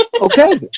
Okay